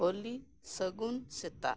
ᱚᱞᱤ ᱥᱟᱹᱜᱩᱱ ᱥᱮᱛᱟᱜ